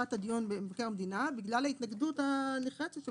בתקופת הדיון במבקר המדינה בגלל ההתנגדות הנחרצת של